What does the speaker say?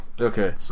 Okay